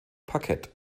parkett